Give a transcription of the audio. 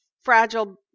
fragile